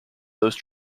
those